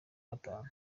gatanu